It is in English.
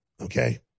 Okay